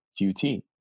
QT